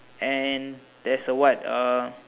and there's a what uh